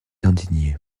indigné